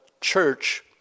church